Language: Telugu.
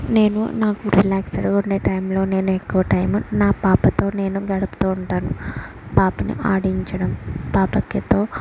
నేను నాకు రిలాక్స్డ్గా ఉండే టైంలో నేను ఎక్కువ టైం నా పాపతో నేను గడుపుతూ ఉంటాను పాపని ఆడించడం పాపతో